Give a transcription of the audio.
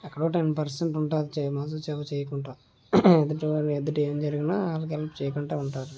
ఎక్కడో ten percent ఉంటుంది చేయమనసు చేయకుండా ఎదుటి వారి ఎదుట ఏం జరిగిన వాళ్ళకి హెల్ప్ చేయకుండా ఉంటారు